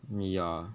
mm ya